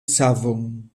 savon